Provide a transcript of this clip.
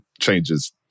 changes